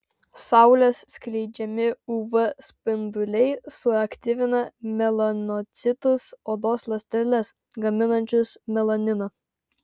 saulės skleidžiami uv spinduliai suaktyvina melanocitus odos ląsteles gaminančias melaniną